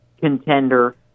contender